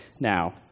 now